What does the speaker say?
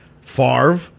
Favre